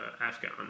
Afghan